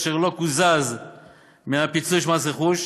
אשר לא קוזז מהפיצוי של מס רכוש.